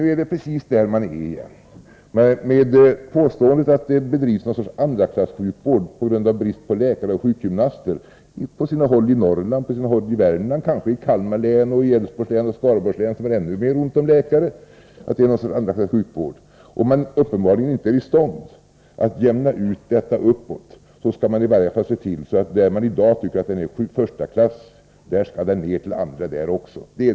Det är precis där vi är återigen. Man påstår att det bedrivs någon sorts andraklassjukvård, på grund av den brist på läkare och sjukgymnaster som föreligger på sina håll i Norrland och Värmland och kanske även i Kalmar län. Det kan även gälla Älvsborgs län och Skaraborgs län, där läkarbristen är ännu större. Om man inte är i stånd att göra en utjämning uppåt — vilket man uppenbarligen inte är — skall man i varje fall se till att det blir en utjämning nedåt, så att vad man anser vara förstaklassvård i stället blir ”andraklassvård”.